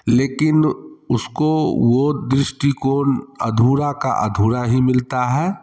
लेकिन उसको वो दृष्टिकोण अधूरा का अधूरा ही मिलता है